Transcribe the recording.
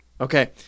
Okay